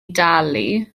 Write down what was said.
dalu